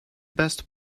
best